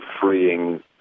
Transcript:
freeing